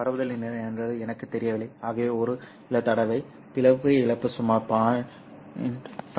பரப்புதலின் நீளம் என்னவென்று எனக்குத் தெரியவில்லை ஆகவே ஒரு தடவை பிளவு இழப்பு சுமார் 0